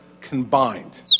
combined